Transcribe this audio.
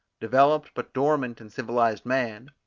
developed but dormant in civilized man,